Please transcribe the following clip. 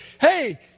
hey